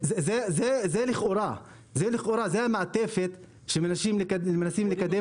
לכאורה זה המעטפת שבאמצעותה מנסים לקדם